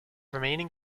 remaining